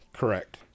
Correct